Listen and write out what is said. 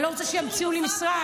אני לא רוצה שימציאו לי משרד.